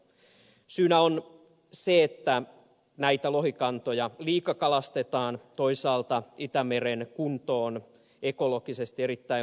syynä on se että näitä lohikantoja liikakalastetaan ja toisaalta itämeren kunto on ekologisesti on erittäin huono